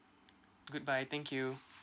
goodbye thank you